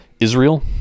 Israel